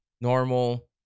normal